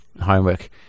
homework